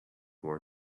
more